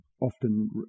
often